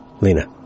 Lena